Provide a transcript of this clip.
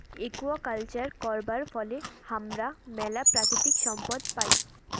aquaculture করবার ফলে হামরা ম্যালা প্রাকৃতিক সম্পদ পাই